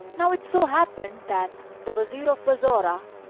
now it so happened that the wazir of bassorah,